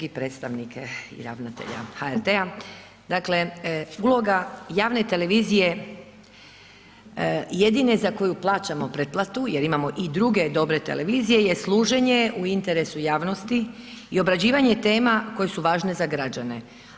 i predstavnike i ravnatelja HRT-a, dakle uloga javne televizije, jedine za koju plaćamo preplatu jer imamo i druge dobre televizije je služenje u interesu javnosti i obrađivanje tema koje su važne za građane.